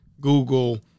Google